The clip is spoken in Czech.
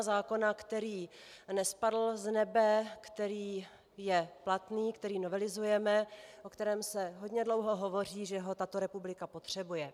Zákona, který nespadl z nebe, který je platný, který novelizujeme, o kterém se hodně dlouho hovoří, že ho tato republika potřebuje.